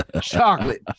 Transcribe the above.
chocolate